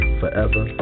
forever